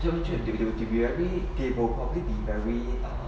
the objectivity to V_I_P table of eighteen mary